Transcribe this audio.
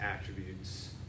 attributes